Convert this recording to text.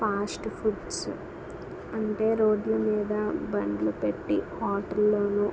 fast foods అంటే road మీద బళ్ళుపెట్టి హోటల్లో